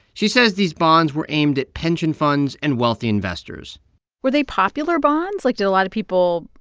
she says these bonds were aimed at pension funds and wealthy investors were they popular bonds? like, did a lot of people.